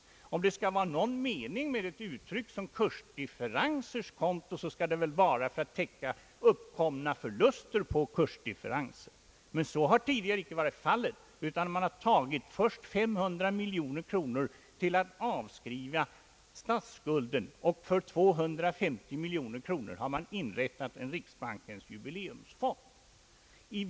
Om det skall vara någon mening med ett uttryck som kursdifferensers konto, skall väl kontot vara till för att täcka uppkomna förluster på kursdifferenser. Så har dock inte alltid tidigare varit fallet, utan först har man t.ex. tagit 500 miljoner kronor till att avskriva statsskulden och sedan har man tagit 250 miljoner kronor till en riksbankens jubileumsfond.